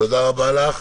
תודה רבה לך.